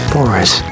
Boris